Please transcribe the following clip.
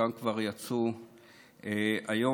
חלקם כבר יצאו היום.